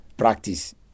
Practice